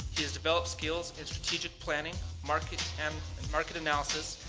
he's developed skills in strategic planning, market um and market analysis,